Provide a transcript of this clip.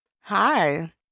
hi